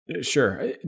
Sure